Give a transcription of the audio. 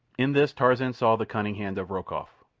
in this tarzan saw the cunning hand of rokoff.